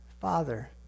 Father